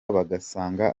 bagasanga